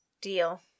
deal